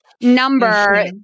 number